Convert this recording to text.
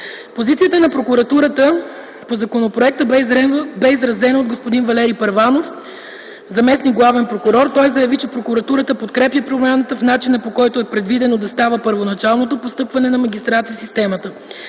Позицията на Прокуратурата по законопроекта бе изразена от господин Валери Първанов – заместник главен прокурор. Той заяви, че Прокуратурата подкрепя промяната в начина, по който е предвидено да става първоначалното постъпване на магистрати в системата.